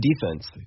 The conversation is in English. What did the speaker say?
defense